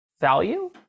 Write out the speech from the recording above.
value